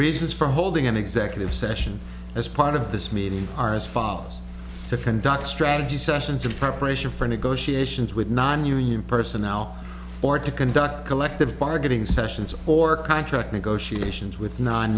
reasons for holding an executive session as part of this meeting are as follows to conduct strategy sessions of preparation for negotiations with nonunion personnel or to conduct collective bargaining sessions or contract negotiations with non